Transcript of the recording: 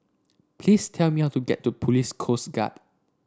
please tell me how to get to Police Coast Guard